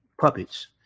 puppets